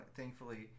thankfully